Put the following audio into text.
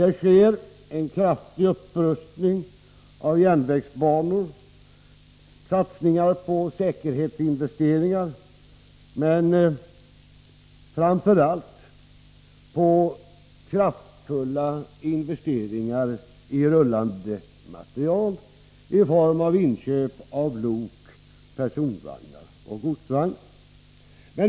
Det sker en kraftig upprustning av järnvägsbanor: satsningar på säkerhetsanordningar men framför allt kraftfulla investeringar i rullande materiel i form av inköp av lok, personvagnar och godsvagnar.